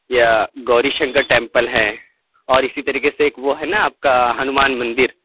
یا گوری شنکر ٹیمپل ہے اور اسی طریقے سے ایک وہ ہے نا آپ کا ہنومان مندر